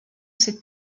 cette